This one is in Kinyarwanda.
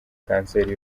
kanseri